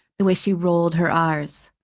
the way she rolled her r's.